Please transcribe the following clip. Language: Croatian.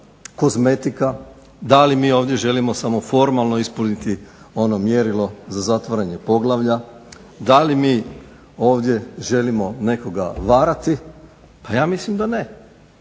kozmetika? Da li mi ovdje želimo samo formalno ispuniti ono mjerilo za zatvaranje poglavlja? Da li mi ovdje želimo nekoga varati? Pa ja mislim da ne.